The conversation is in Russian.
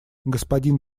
господин